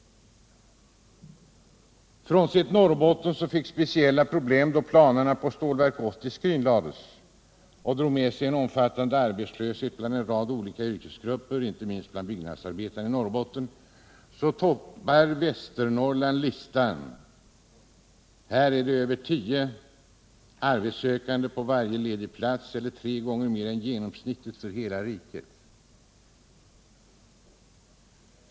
Frånsett Norrbotten, som fick speciella problem då planerna på Stålverk 80 skrinlades och drog med sig en omfattande arbetslöshet bland en rad olika yrkesgrupper, inte minst bland byggnadsarbetarna i Norrbotten, toppar Västernorrland listan. Här är det över tio arbetssökande på varje ledig plats eller tre gånger mer än genomsnittet för hela riket.